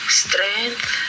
strength